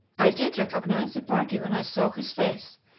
i did recognize the party when i saw his face,